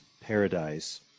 paradise